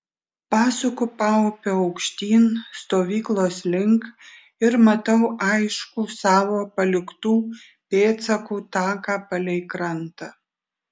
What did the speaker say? pasuku paupiu aukštyn stovyklos link ir matau aiškų savo paliktų pėdsakų taką palei krantą